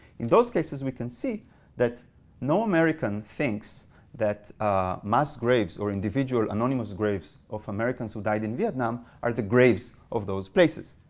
in those cases we can see that no american thinks that mass graves or individual anonymous graves of americans who died in vietnam are the graves of those places.